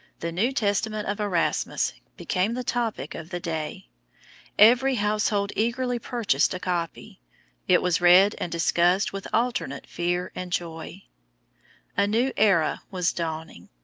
the new testament of erasmus became the topic of the day every household eagerly purchased a copy it was read and discussed with alternate fear and joy a new era was dawning.